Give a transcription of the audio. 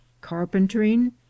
carpentering